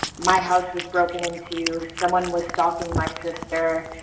my house was broken into. someone was stalking my sister.